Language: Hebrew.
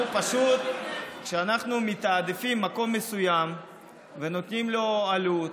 כשאנחנו מתעדפים מקום מסוים ונותנים לו עלות,